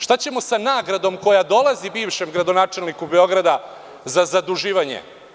Šta ćemo sa nagradom koja dolazi bivšem gradonačelniku Beograda za zaduživanje?